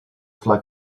flag